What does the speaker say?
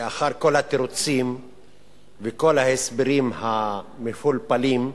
לאחר כל התירוצים וכל ההסברים המפולפלים,